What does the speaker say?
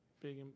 big